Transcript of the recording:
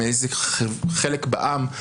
מאיזה חלק בעם,